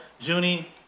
Junie